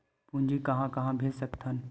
पूंजी कहां कहा भेज सकथन?